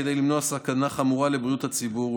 כדי למנוע סכנה חמורה לבריאות הציבור,